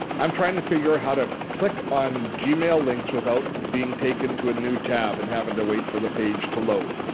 i'm trying to figure how to click on gmail links without being taken to a new tab and having to wait for the page to load.